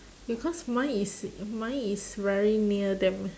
because mine is mine is very near them